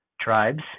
tribes